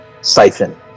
siphon